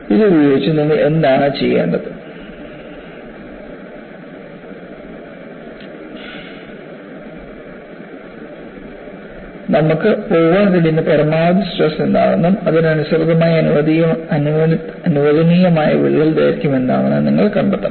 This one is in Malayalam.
ഇത് ഉപയോഗിച്ച് നിങ്ങൾ എന്താണ് ചെയ്യേണ്ടത് നമുക്ക് പോകാൻ കഴിയുന്ന പരമാവധി സ്ട്രെസ് എന്താണെന്നും അതിനനുസൃതമായി അനുവദനീയമായ വിള്ളൽ ദൈർഘ്യം എന്താണെന്നും നിങ്ങൾ കണ്ടെത്തണം